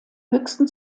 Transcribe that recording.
höchsten